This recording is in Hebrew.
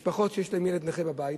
משפחות שיש להן ילד נכה בבית,